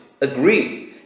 agree